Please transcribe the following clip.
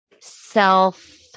self